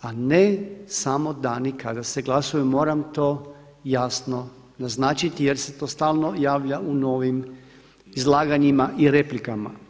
a ne samo dani kada se glasuju, moram to jasno naznačiti jer se to stalno javlja u novim izlaganjima i replikama.